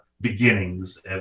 Beginnings